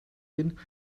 hin